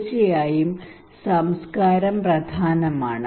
തീർച്ചയായും സംസ്കാരം പ്രധാനമാണ്